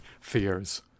fears